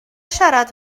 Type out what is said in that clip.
siarad